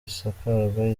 isakarwa